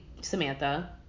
Samantha